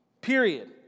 Period